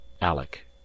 Alec